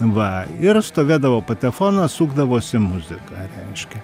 va ir stovėdavo patefonas sukdavosi muzika reiškia